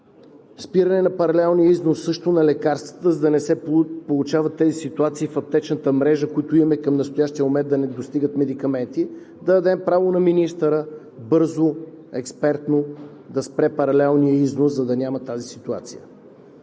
спиране на паралелния износ на лекарствата, за да не се получават тези ситуации в аптечната мрежа, които имаме към настоящия момент да не достигат медикаменти, да дадем право на министъра бързо, експертно да спре паралелния износ, за да няма тази ситуация.